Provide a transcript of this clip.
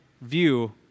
view